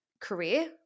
career